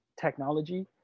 technology